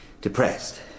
depressed